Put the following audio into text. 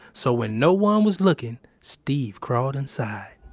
so, when no one was looking, steve crawled inside.